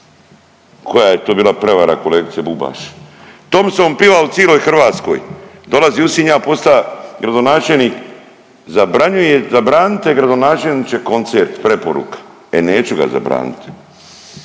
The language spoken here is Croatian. Koja je to bila prevara kolegice Bubaš. Thompson piva ciloj Hrvatskoj, dolazi u Sinj, ja posta gradonačelnik, zabranite gradonačelniče koncert preporuka. E neću ga zabranit